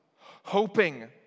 hoping